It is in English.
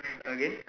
again